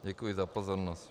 Děkuji za pozornost.